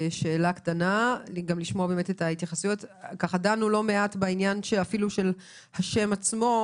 דנו לא מעט אפילו בעניין של השם עצמו,